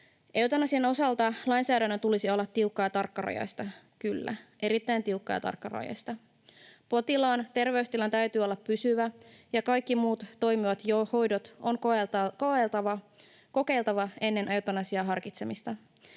tarkkarajaista — kyllä, erittäin tiukka- ja tarkkarajaista. Potilaan terveystilan täytyy olla pysyvä, ja kaikki muut toimivat hoidot on kokeiltava ennen eutanasian harkitsemista.